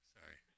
Sorry